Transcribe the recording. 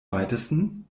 weitesten